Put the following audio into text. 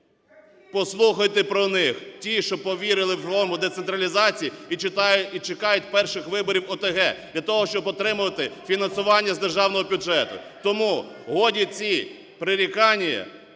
Послухайте про них. Ті, що повірили в реформу децентралізації і чекають перших виборів ОТГ для того, щоб отримувати фінансування з державного бюджету. Тому годі ці прирікання,